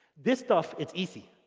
this stuff, it's easy.